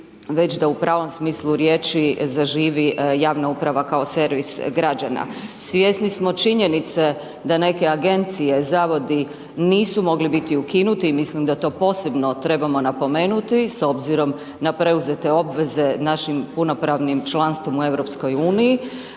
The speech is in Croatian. već da u pravom smislu riječi zaživi javna uprava kao servis građana. Svjesni smo činjenice da neke agencije, zavodi nisu mogli biti ukinuti, mislim da to posebno trebamo napomenuti s obzirom na preuzete obveze našim punopravnim članstvom u EU,